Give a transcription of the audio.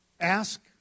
ask